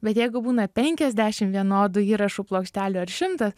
bet jeigu būna penkiasdešim vienodų įrašų plokštelių ar šimtas